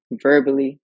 verbally